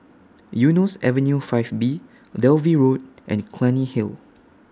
Eunos Avenue five B Dalvey Road and Clunny Hill